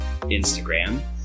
Instagram